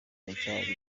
iracyari